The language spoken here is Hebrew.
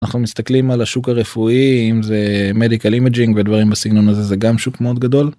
אנחנו מסתכלים על השוק הרפואי אם זה מדיקל אימג'ינג ודברים בסגנון הזה זה גם שוק מאוד גדול.